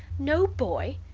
no boy!